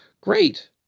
great